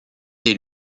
des